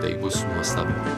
tai bus nuostabu